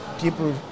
people